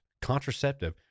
contraceptive